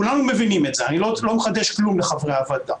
כולנו מבינים את זה ואני לא מחדש כלום לחברי הוועדה.